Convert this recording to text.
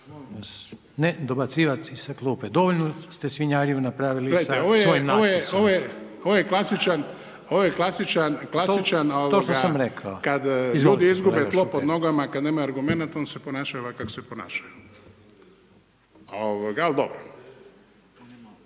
ne dobacivat sa klupe, dovoljno ste svinjariju napravili sa svojim natpisom. **Šuker, Ivan (HDZ)** Gledajte ovo je klasičan, kada ljudi izgube tlo pod nogama, kada nemaju argumenata onda se ponašaju ovako kako se ponašaju. Ali dobro.